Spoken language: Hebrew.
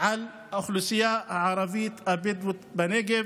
על האוכלוסייה הערבית הבדואית בנגב,